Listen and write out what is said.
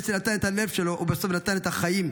ילד שנתן את הלב שלו ובסוף נתן את החיים.